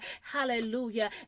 Hallelujah